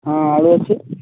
ହଁ ଆଳୁ ଅଛି